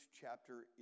chapter